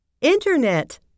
Internet